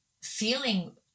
feeling